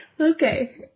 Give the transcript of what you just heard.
Okay